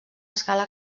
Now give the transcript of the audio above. escala